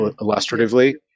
illustratively